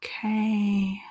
Okay